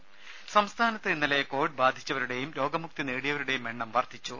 ദേദ സംസ്ഥാനത്ത് ഇന്നലെ കോവിഡ് ബാധിച്ചവരുടേയും രോഗമുക്തി നേടിയവരുടേയും എണ്ണം വർധിച്ചു